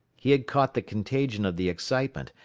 he had caught the contagion of the excitement,